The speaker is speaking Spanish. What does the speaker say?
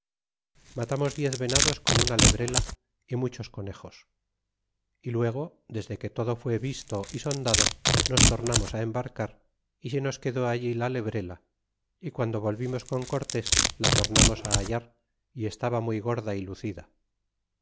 matamos di z venados con una lebrela y muchos conejos y luego desque todo fue visto y soldado nos tornamos á embarcar y se nos quedó allí la lebrela y piando volvimos con cortés la tornamos á hallar y estaba muy gorda y lucida